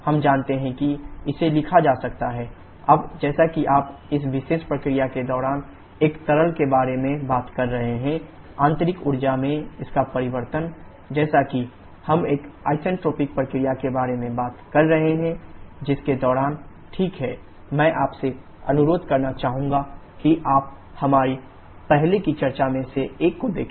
हम जानते हैं कि इसे लिखा जा सकता है u4P4124 u3P3123 अब जैसा कि आप इस विशेष प्रक्रिया के दौरान एक तरल के बारे में बात कर रहे हैं आंतरिक ऊर्जा में इसका परिवर्तन जैसा कि हम एक आइन्ट्रोपिक प्रक्रिया के बारे में बात कर रहे हैं जिसके दौरान ठीक है मैं आपसे अनुरोध करना चाहूंगा कि आप हमारी पहले की चर्चा में से एक को देखें